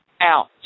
Out